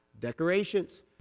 Decorations